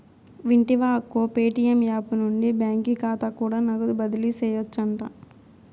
వింటివా అక్కో, Paytm app నుండి బాకీ కాతా కూడా నగదు బదిలీ సేయొచ్చంట